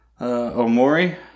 Omori